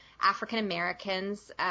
African-Americans